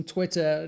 Twitter